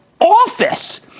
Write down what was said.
Office